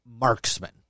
marksman